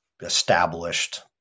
established